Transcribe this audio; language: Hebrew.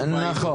התשובה היא לא.